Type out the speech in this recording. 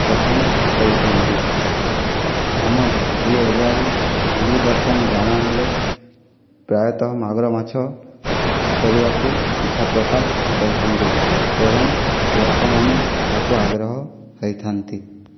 ପସନ୍ଦ କରିଥାନ୍ତି ଆମ ଏଇ ଏରିଆରେ ଜଣାହେଲେ ପ୍ରାୟତଃ ମାଗୁର ମାଛ କରିବାକୁ ଇଚ୍ଛାପ୍ରକାଶ କରିଥାନ୍ତି ଏବଂ ଲୋକମାନେ ତାକୁ ଆଗ୍ରହ ହେଇଥାନ୍ତି